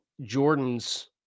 Jordan's